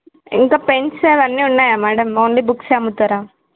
ఇంకా పెన్స్ అవన్నీ ఉన్నాయా మేడమ్ ఓన్లీ బుక్స్ అమ్ముతారా